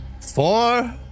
Four